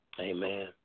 Amen